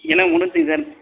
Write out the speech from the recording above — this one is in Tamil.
எல்லாம் முடிஞ்சுங்க சார்